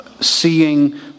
seeing